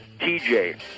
TJ